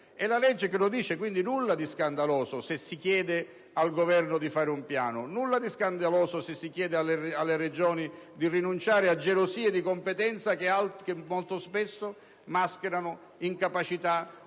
È la legge che lo dice; quindi, nulla di scandaloso se si chiede al Governo di predisporre un piano; nulla di scandaloso se si chiede alle Regioni di rinunciare a gelosie di competenze, che molto spesso mascherano incapacità